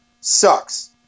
sucks